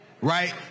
right